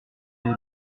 les